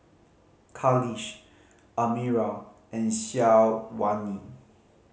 Khalish Amirah and Syazwani